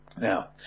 Now